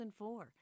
2004